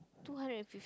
two hundred and fif~